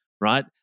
Right